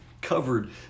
covered